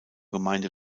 gemeinde